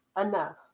enough